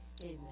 Amen